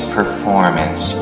performance